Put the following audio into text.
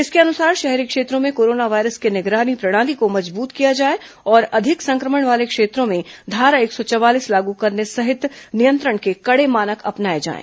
इसके अनुसार शहरी क्षेत्रों में कोरोना वायरस की निगरानी प्रणाली को मजबूत किया जाए और अधिक संक्रमण वाले क्षेत्रों में धारा एक सौ चवालीस लागू करने सहित नियंत्रण के कड़े मानक अपनाए जाएं